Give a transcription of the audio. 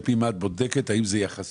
על פי מה את בודקת האם זה יחסי?